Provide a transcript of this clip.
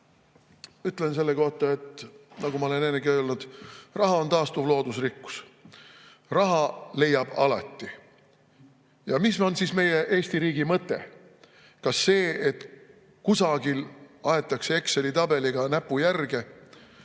ütlen selle kohta, nagu ma olen ennegi öelnud, et raha on taastuv loodusrikkus, raha leiab alati. Ja mis on meie Eesti riigi mõte? Kas see, et kusagil aetakse Exceli tabelis näpuga järge?